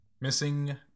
Missing